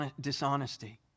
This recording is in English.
dishonesty